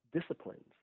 disciplines